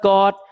God